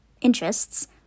interests